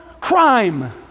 Crime